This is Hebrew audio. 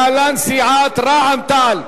להלן: סיעת רע"ם-תע"ל.